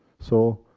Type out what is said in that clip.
so,